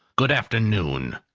good afternoon!